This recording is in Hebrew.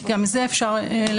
כי גם את זה אפשר לבקש,